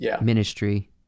ministry